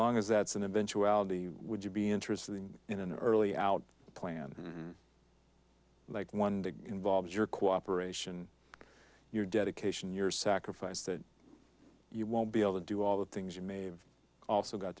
long as that's an eventuality would you be interesting in an early out plan like the one to involves your cooperation your dedication your sacrifice that you won't be able to do all the things you may have also got